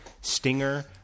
stinger